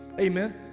amen